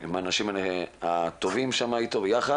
עם האנשים הטובים שם איתו ביחד.